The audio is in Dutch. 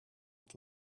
het